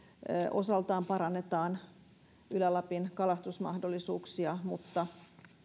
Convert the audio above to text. osaltaan parannetaan ylä lapin kalastusmahdollisuuksia mutta